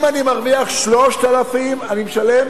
אם אני מרוויח 3,000 אני משלם